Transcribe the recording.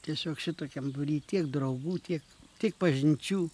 tiesiog šitokiam būry tiek draugų tiek tiek pažinčių